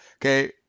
Okay